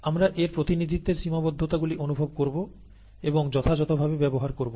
আমরা এর প্রতিনিধিত্বের সীমাবদ্ধতাগুলি অনুভব করব এবং যথাযথভাবে ব্যবহার করব